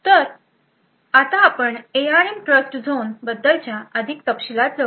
तर आता आपण एआरएम ट्रस्टझोन बद्दलच्या अधिक तपशीलात जाऊ